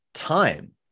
time